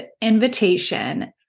invitation